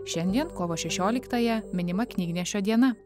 šiandien kovo šešioliktąją minima knygnešio diena